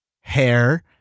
hair